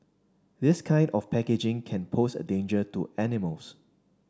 this kind of packaging can pose a danger to animals